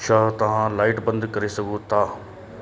छा तव्हां लाइट बंदि करे सघो था